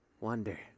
wonder